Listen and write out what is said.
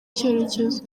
cyerekezo